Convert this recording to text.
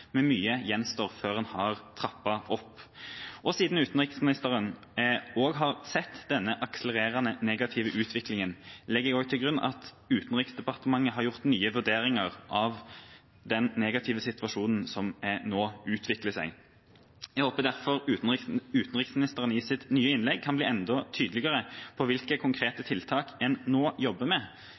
mye gjenstår før en har trappa opp. Siden utenriksministeren også har sett denne akselererende negative utviklingen, legger jeg til grunn at Utenriksdepartementet har gjort nye vurderinger av den negative situasjonen som nå utvikler seg. Jeg håper derfor utenriksministeren i sitt neste innlegg kan bli enda tydeligere på hvilke konkrete tiltak en nå jobber med,